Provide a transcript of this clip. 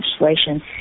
legislation